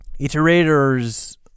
iterators